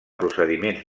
procediments